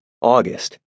August